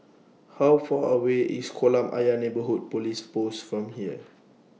How Far away IS Kolam Ayer Neighbourhood Police Post from here